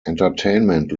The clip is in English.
entertainment